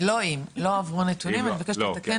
לא אם, לא עברו נתונים, אני מבקשת שתתקן.